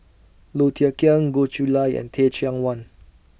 Low Thia Khiang Goh Chiew Lye and Teh Cheang Wan